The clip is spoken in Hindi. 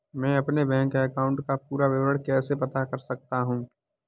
मैं अपने बैंक अकाउंट का पूरा विवरण कैसे पता कर सकता हूँ?